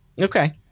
Okay